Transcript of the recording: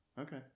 Okay